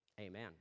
Amen